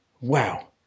Wow